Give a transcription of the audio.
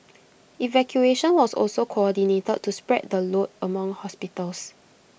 evacuation was also coordinated to spread the load among hospitals